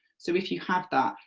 so if you have that,